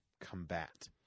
combat